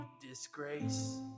disgrace